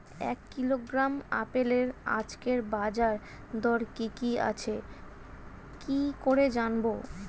এক কিলোগ্রাম আপেলের আজকের বাজার দর কি কি আছে কি করে জানবো?